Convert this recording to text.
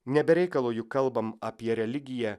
ne be reikalo juk kalbam apie religiją